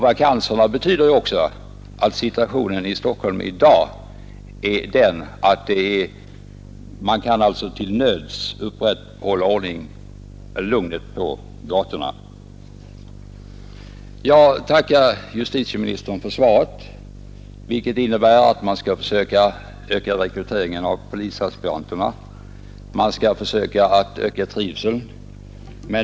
Vakanserna betyder också att situationen i Stockholm i dag är den att man bara till nöds kan upprätthålla ordning och lugn på gatorna. Jag tackar justitieministern för svaret, som innebär att man skall försöka öka rekryteringen av polisaspiranter och att man skall försöka öka trivseln.